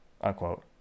unquote